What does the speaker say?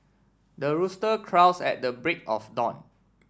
the rooster crows at the break of dawn